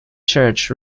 church